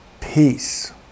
peace